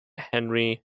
henry